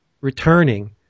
returning